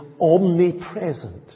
omnipresent